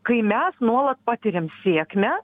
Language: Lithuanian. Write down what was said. kai mes nuolat patiriam sėkmę